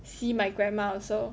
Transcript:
see my grandma also